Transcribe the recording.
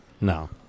No